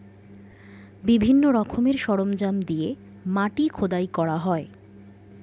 বিভিন্ন রকমের সরঞ্জাম দিয়ে মাটি খোদাই করা হয়